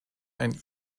ein